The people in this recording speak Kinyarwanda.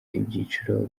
ibyiciro